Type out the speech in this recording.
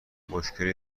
مشکلی